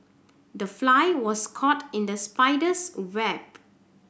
the fly was caught in the spider's web